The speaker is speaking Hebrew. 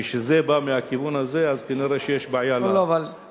כשזה בא מהכיוון הזה אז כנראה יש בעיה לוועדה.